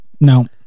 No